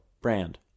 Brand